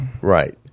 Right